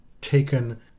taken